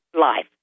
life